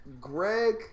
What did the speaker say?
Greg